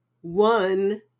one